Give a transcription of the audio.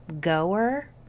goer